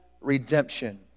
redemption